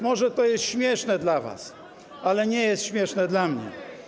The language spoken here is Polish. Może to jest śmieszne dla was, ale nie jest śmieszne dla mnie.